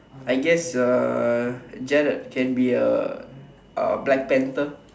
I guess uh Gerald can be a uh black panther